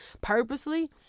purposely